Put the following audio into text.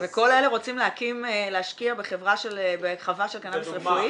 - וכל אלה רוצים להשקיע בחווה של קנאביס רפואי.